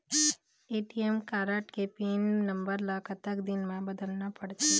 ATM card के pin number ला कतक दिन म बदलना पड़थे?